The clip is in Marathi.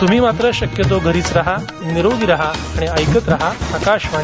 तुम्ही मात्र घरीच रहा निरोगी रहा आणि ऐकत रहा आकाशवाणी